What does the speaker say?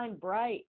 bright